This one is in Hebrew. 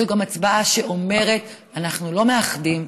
זו גם הצבעה שאומרת: אנחנו לא מאחדים,